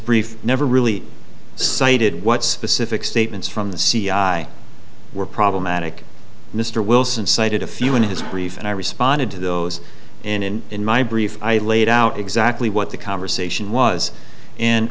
brief never really cited what specific statements from the c i were problematic mr wilson cited a few in his brief and i responded to those in in in my brief i laid out exactly what the conversation was